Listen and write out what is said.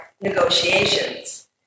negotiations